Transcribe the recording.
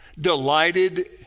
delighted